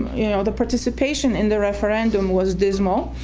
you know, the participation in the referendum was dismal.